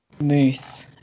Moose